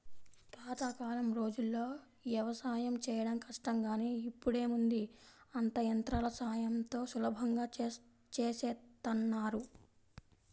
పాతకాలం రోజుల్లో యవసాయం చేయడం కష్టం గానీ ఇప్పుడేముంది అంతా యంత్రాల సాయంతో సులభంగా చేసేత్తన్నారు